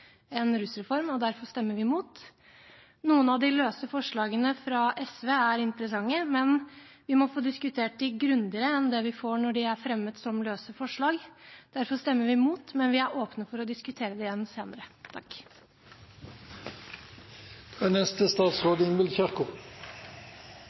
en rusreform, og derfor stemmer vi mot. Noen av de løse forslagene fra SV er interessante, men vi må få diskutert dem grundigere enn det vi får når de er fremmet som løse forslag. Derfor stemmer vi mot, men vi er åpne for å diskutere det igjen senere. Jeg er